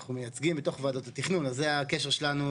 אנחנו מייצגים בתוך ועדות התכנון, אז זה הקשר שלנו